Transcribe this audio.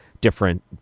different